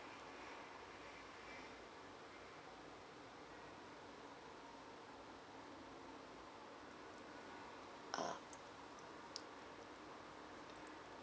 ah